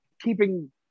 keeping